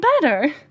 better